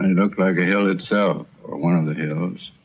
looked like a hill itself, or one of the hills.